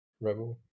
Rebel